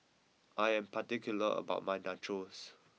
I am particular about my Nachos